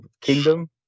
Kingdom